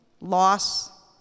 loss